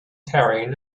carrying